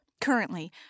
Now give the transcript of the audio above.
Currently